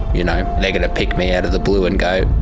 you know, they're going to pick me out of the blue and go,